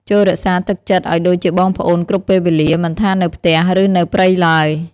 ចូររក្សាទឹកចិត្តឱ្យដូចជាបងប្អូនគ្រប់ពេលវេលា មិនថានៅផ្ទះ ឬនៅព្រៃឡើយ។